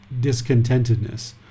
discontentedness